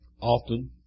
Often